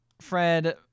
Fred